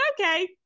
okay